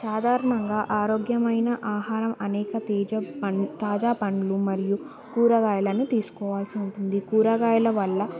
సాధారణంగా ఆరోగ్యమైన ఆహారం అనేక తేజ పం తాజా పండ్లు మరియు కూరగాయలను తీసుకోవాల్సి ఉంటుంది కూరగాయల వల్ల